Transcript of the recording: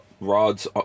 Rod's